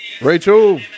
Rachel